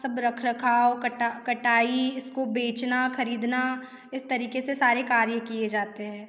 सब रख रखाव कटाई इसको बेचना ख़रीदना इस तरीक़े से सारे कार्य किए जाते हैं